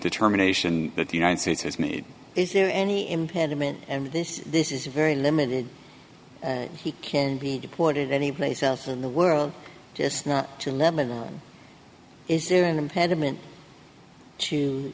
determination that the united states has made is there any impediment and this this is very limited he can be deported anyplace else in the world just not to lebanon is there an impediment to